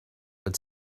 but